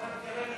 אתה מתכוון,